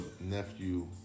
nephew